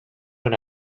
when